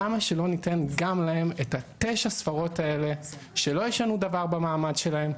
למה שלא ניתן גם להם את תשע הספרות האלה שלא ישנו דבר במעמד שלהם,